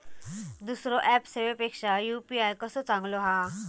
दुसरो ऍप सेवेपेक्षा यू.पी.आय कसो चांगलो हा?